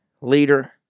leader